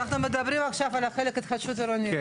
אנחנו מדברים עכשיו על החלק של התחדשות עירונית,